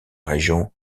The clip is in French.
région